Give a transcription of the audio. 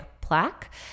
plaque